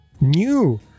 new